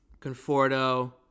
Conforto